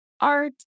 art